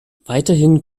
weiterhin